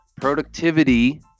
productivity